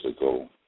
ago